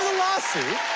lawsuit,